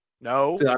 No